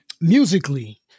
musically